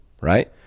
right